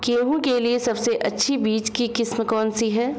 गेहूँ के लिए सबसे अच्छी बीज की किस्म कौनसी है?